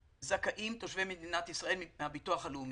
שזכאים תושבי מדינת ישראל מהביטוח הלאומי,